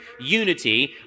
unity